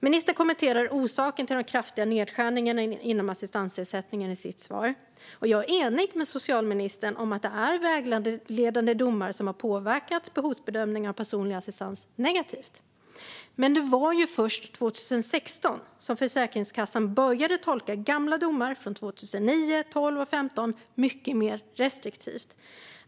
Ministern kommenterade i sitt svar orsaken till de kraftiga nedskärningarna inom assistansersättningen. Jag är enig med socialministern om att det är vägledande domar som har påverkat behovsbedömningen av personlig assistans negativt. Men det var först 2016 som Försäkringskassan började tolka gamla domar ifrån 2009, 2012 och 2015 mer restriktivt.